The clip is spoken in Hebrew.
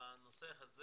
בנושא הזה